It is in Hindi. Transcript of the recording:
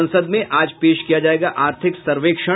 संसद में आज पेश किया जायेगा आर्थिक सर्वेक्षण